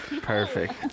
Perfect